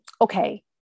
Okay